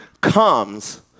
comes